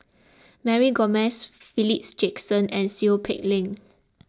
Mary Gomes Philip Jackson and Seow Peck Leng